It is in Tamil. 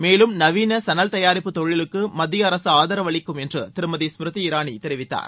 மேலும் நவீன சணல் தயாரிப்பு தொழிலுக்கு மத்திய அரசு ஆதரவு அளிக்கும் என்று திருமதி ஸ்மிருதி இரானி தெரிவித்தார்